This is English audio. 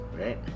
right